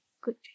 Good